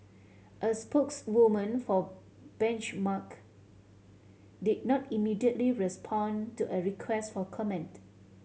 a spokeswoman for Benchmark did not immediately respond to a request for comment